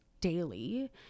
daily